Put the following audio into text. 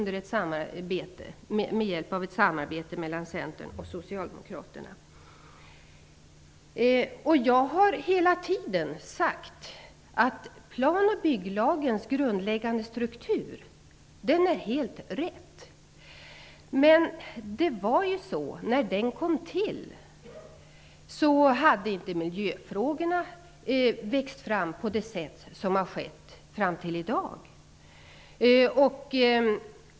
Det skedde med hjälp av ett samarbete mellan Centern och Jag har hela tiden sagt att plan och bygglagens grundläggande struktur är helt riktig. Men när lagen trädde i kraft hade inte miljöfrågorna växt fram samma det sätt som i dag.